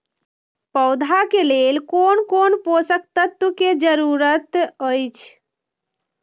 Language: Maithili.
पौधा के लेल कोन कोन पोषक तत्व के जरूरत अइछ?